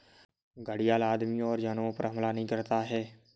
घड़ियाल आदमियों और जानवरों पर हमला नहीं करता है